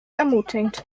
ermutigend